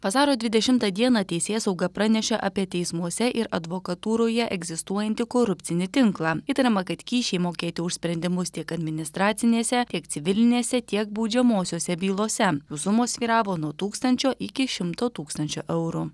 vasario dvidešimtą dieną teisėsauga pranešė apie teismuose ir advokatūroje egzistuojantį korupcinį tinklą įtariama kad kyšiai mokėti už sprendimus tiek administracinėse tiek civilinėse tiek baudžiamosiose bylose jų sumos svyravo nuo tūkstančio iki šimto tūkstančių eurų